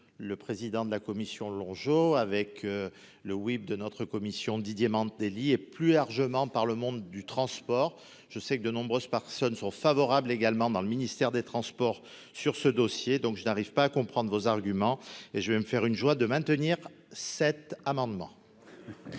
le président de la Commission Longeau avec le web de notre commission Didier Mandelli et plus largement par le monde du transport, je sais que de nombreuses par Sun sont favorables également dans le ministère des Transports sur ce dossier, donc je n'arrive pas à comprendre vos arguments et je vais me faire une joie de maintenir cet amendement.